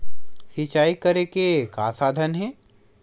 सिंचाई करे के का साधन हे?